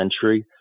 Century